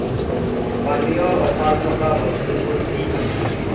পানীয়ৰ অফাৰ থকা বস্তুবোৰ কি কি